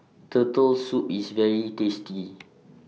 Turtle Soup IS very tasty